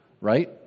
right